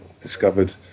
discovered